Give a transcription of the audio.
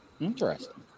Interesting